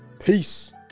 peace